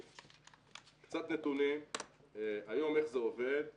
קצת נתונים איך זה עובד היום.